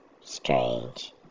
strange